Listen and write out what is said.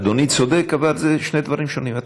אדוני צודק, אבל אלה שני דברים שונים.